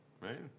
right